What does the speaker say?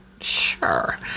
Sure